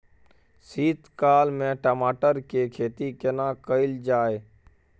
शीत काल में टमाटर के खेती केना कैल जाय?